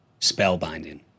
spellbinding